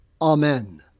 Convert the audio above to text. Amen